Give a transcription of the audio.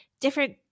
different